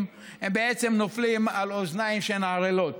בעצם נופלים על אוזניים שהן ערלות.